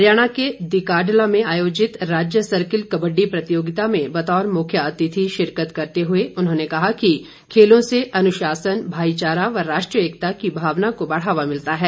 हरियाणा के दिकाडला में आयोजित राज्य सर्किल कबड़डी प्रतियोगिता में बतौर मुख्य अतिथि शिरकत करते हुए उन्होंने कहा कि खेलों से अनुशासन भाईचारा व राष्ट्रीय एकता की भावना को बढ़ावा मिलता है